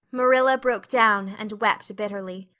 marilla broke down and wept bitterly.